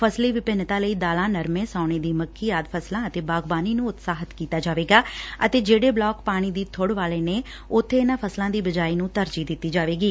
ਫਸਲੀ ਵਿੰਭਿਨਤਾ ਲਈ ਦਾਲਾਂ ਨਰਮੇ ਸਾਉਣੀ ਦੀ ਮੱਕੀ ਆਦਿ ਫਸਲਾਂ ਅਤੇ ਬਾਗਬਾਨੀ ਨੁੰ ਉਤਸ਼ਾਹਿਤ ਕੀਤਾ ਜਾਏਗਾ ਅਤੇ ਜਿਹੜੇ ਬਲਾਕ ਪਾਣੀ ਦੀ ਥੁੜ ਵਾਲੇ ਨੇ ਉਥੇ ਇਨਾਂ ਫਸਲਾਂ ਦੀ ਬਿਜਾਈ ਨੂੰ ਤਰਜੀਹ ਦਿੱਤੀ ਜਾਏਗੀ